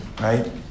Right